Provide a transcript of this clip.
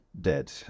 Dead